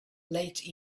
late